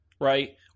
right